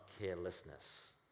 carelessness